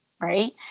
right